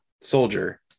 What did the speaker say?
soldier